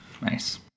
Nice